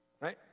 right